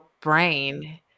brain